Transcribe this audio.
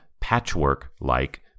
patchwork-like